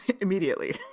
Immediately